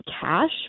cash